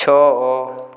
ଛଅ